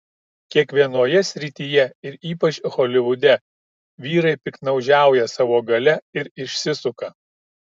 kiekvienoje srityje ir ypač holivude vyrai piktnaudžiauja savo galia ir išsisuka